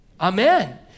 Amen